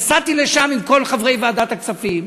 אני נסעתי לשם עם כל חברי ועדת הכספים,